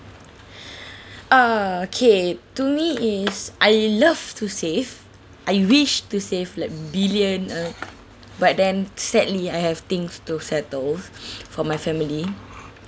okay to me is I love to save I wish to save like billion uh but then sadly I have things to settle for my family